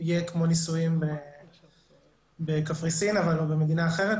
יהיה כמו נישואים בקפריסין או במדינה אחרת,